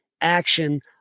action